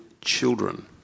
children